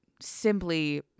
simply